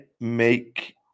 make